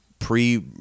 pre